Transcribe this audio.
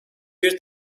bir